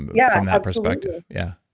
yeah from that perspective. yeah